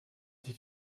sich